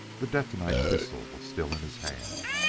the detonite pistol was still in his hand.